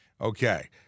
okay